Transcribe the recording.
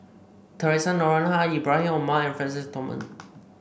Theresa Noronha Ibrahim Omar and Francis Thomas